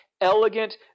elegant